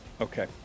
Okay